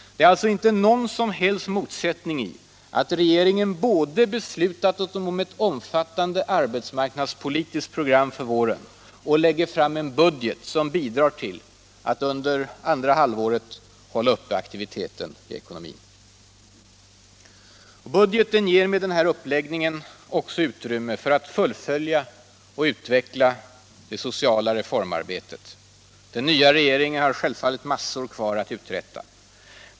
Det är alltså inte någon som helst motsättning i att regeringen både beslutat om ett omfattande arbetsmarknadspolitiskt program för våren och lagt fram en budget som bidrar till att under andra halvåret hålla uppe aktiviteten i ekonomin. Budgeten ger med den här uppläggningen också utrymme för att full Allmänpolitisk debatt + Allmänpolitisk debatt följa och utveckla det sociala reformarbetet. Men den nya regeringen har självfallet mycket kvar att uträtta.